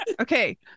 Okay